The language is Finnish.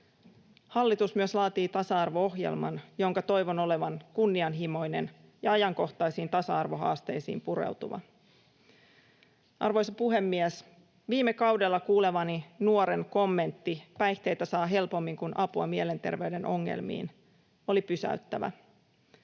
Hallitus myös laatii tasa-arvo-ohjelman, jonka toivon olevan kunnianhimoinen ja ajankohtaisiin tasa-arvohaasteisiin pureutuva. Arvoisa puhemies! Viime kaudella kuulemani nuoren kommentti ”päihteitä saa helpommin kuin apua mielenterveyden ongelmiin” oli pysäyttävä.